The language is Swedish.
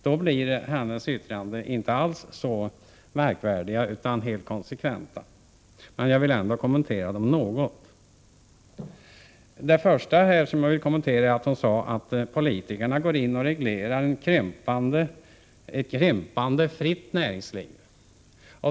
Då blir hennes yttranden inte alls så märkvärdiga utan helt konsekventa. Jag vill ändå kommentera dem något. Mona Saint Cyr påstod att politikerna går in och reglerar ett krympande fritt näringsliv.